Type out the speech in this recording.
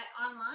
online